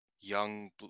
young